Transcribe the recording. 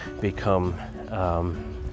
become